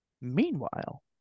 Meanwhile